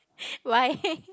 why